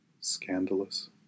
scandalous